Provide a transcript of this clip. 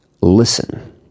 Listen